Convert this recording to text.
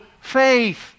faith